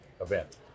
event